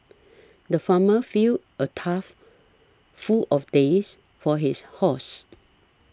the farmer filled a trough full of days for his horses